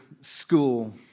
school